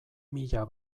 mila